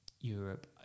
Europe